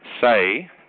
say